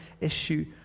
issue